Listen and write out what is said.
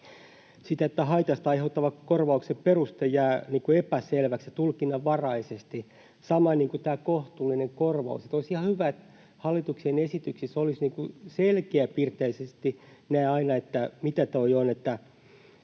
että haitasta aiheutuvan korvauksen peruste jää epäselväksi ja tulkinnanvaraiseksi. Sama kuin tämä ”kohtuullinen korvaus”: olisi ihan hyvä, että hallituksen esityksissä olisi selkeäpiirteisesti aina, mitä tuo on,